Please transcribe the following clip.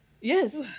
Yes